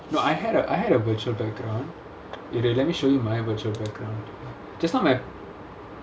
no I had a I had a virtual background if they let me show you my virtual background just now like